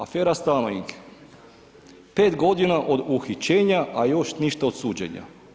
Afera stanovi 5 g. od uhićenja a još ništa od suđenja.